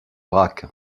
braque